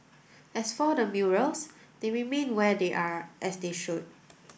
as for the murals they remain where they are as they should